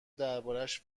دربارش